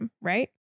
right